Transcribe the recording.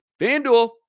FanDuel